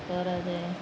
କରାଯାଏ